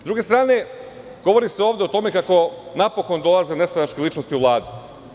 S druge strane, govori se ovde o tome kako napokon dolaze nestranačke ličnosti u Vladu.